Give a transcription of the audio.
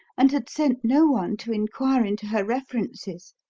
and had sent no one to inquire into her references.